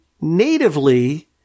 Natively